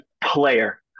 player